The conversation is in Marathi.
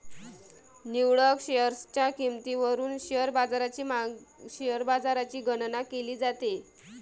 निवडक शेअर्सच्या किंमतीवरून शेअर बाजाराची गणना केली जाते